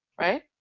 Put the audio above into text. right